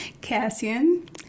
Cassian